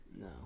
No